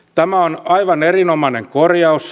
tämä on aivan erinomainen korjaus